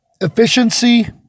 efficiency